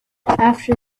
after